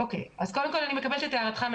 אני מקבלת את הערתך.